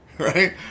Right